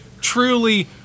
truly